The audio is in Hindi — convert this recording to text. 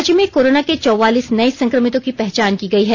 राज्य में कोरोना के चौवालीस नए संक्रमितों की पहचान की गई है